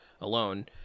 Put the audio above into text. alone